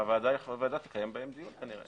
הוועדה תקיים בהם דיון כנראה.